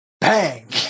Bang